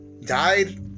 died